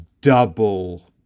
double